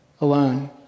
alone